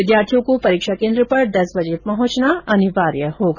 विद्यार्थी को परीक्षा केंद्र पर दस बजे पहुंचना अनिवार्य होगा